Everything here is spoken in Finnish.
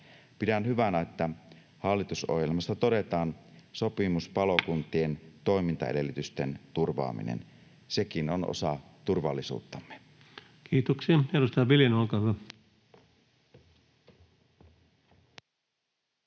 Pidän hyvänä, että hallitusohjelmassa todetaan sopimuspalokuntien toimintaedellytysten turvaaminen. Sekin on osa turvallisuuttamme. Kiitoksia. — Edustaja Viljanen, olkaa hyvä.